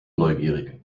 neugierig